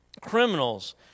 criminals